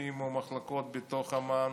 גופים או מחלקות בתוך אמ"ן,